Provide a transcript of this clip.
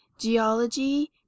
geology